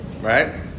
right